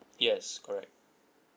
yes correct